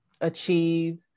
achieve